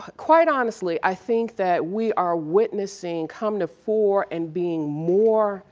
quite honestly i think that we are witnessing come to fore and being more